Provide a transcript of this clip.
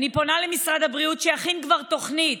אני פונה למשרד הבריאות שיכין כבר תוכנית,